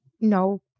No